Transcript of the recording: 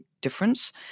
difference